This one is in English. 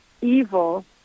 evil